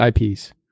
ips